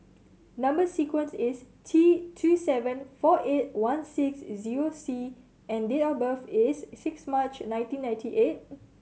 number sequence is T two seven four eight one six zero C and date of birth is six March nineteen ninety eight